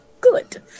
good